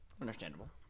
Understandable